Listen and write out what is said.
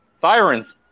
Sirens